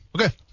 Okay